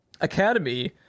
academy